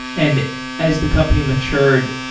and as the company matured,